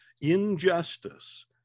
injustice